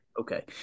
Okay